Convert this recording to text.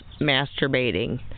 masturbating